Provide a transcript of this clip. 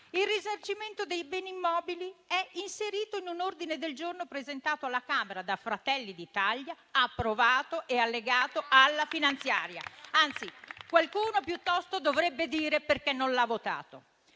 Il risarcimento dei beni immobili è inserito in un ordine del giorno presentato alla Camera dal Gruppo Fratelli d'Italia approvato e allegato alla legge di bilancio. Anzi, qualcuno piuttosto dovrebbe dire perché non l'ha votata.